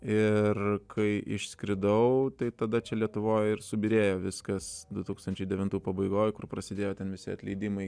ir kai išskridau tai tada čia lietuvoj ir subyrėjo viskas du tūkstančiai devintų pabaigoj kur prasidėjo ten visi atleidimai